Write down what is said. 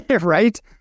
Right